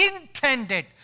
intended